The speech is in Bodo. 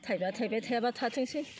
थायबा थायबाय थायाबा थाथोंसै